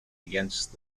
against